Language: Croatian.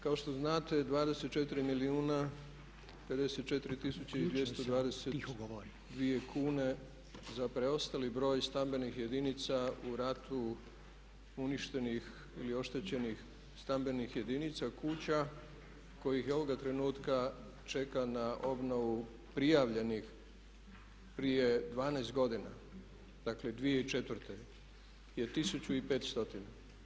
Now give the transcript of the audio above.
Kao što znate 24 milijuna 54 tisuće i 222 kune za preostali broj stambenih jedinica u ratu uništenih ili oštećenih stambenih jedinica, kuća kojih i ovoga trenutka čeka na obnovu prijavljenih prije 12 godina, dakle 2004. je 1500.